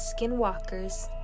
Skinwalkers